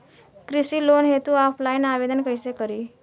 कृषि लोन हेतू ऑफलाइन आवेदन कइसे करि?